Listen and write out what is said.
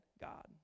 God